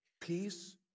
Peace